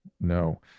no